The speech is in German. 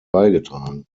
beigetragen